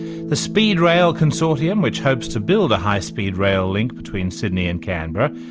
the speedrail consortium, which hopes to build a high speed rail link between sydney and canberra,